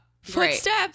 footsteps